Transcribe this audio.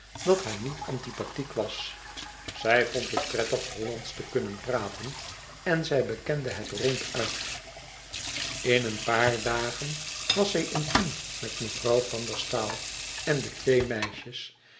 dat haar niet antipathiek was zij vond het prettig e ids aargang ollandsch te kunnen praten en zij bekende het ronduit in een paar dagen was zij intiem met mevrouw van der staal en de twee meisjes